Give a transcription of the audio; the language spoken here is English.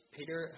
Peter